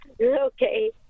Okay